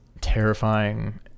terrifying